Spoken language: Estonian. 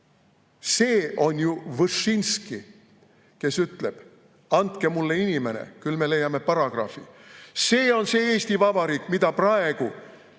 See on ju Võšinski, kes ütleb: "Andke mulle inimene, küll me leiame paragrahvi." See on see Eesti Vabariik, mida praegu